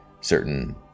certain